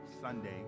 Sunday